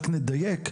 רק נדייק,